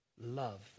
Love